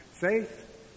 faith